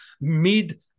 mid